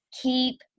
keep